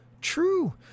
true